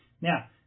Now